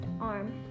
arm